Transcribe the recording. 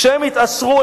כשהם יתעשרו,